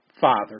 Father